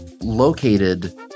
located